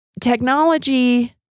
technology